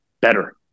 better